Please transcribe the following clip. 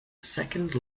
second